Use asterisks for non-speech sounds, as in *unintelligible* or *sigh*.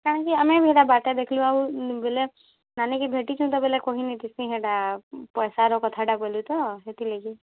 କାହିଁକି ଆମେ ବି ହେଟା ବାଟେ ଦେଖ୍ଲୁଁ ଆଉ ବୋଇଲେ ନାନୀକି ଭେଟିଛୁଁ ତ ବୋଇଲେ *unintelligible* କହିନାଇଁଥିତି ସେଟା ପଏସାର କଥାଟା ବୋଇଲି ତ ହେଥିର୍ଲାଗି